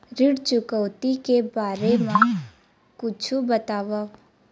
ऋण चुकौती के बारे मा कुछु बतावव?